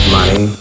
money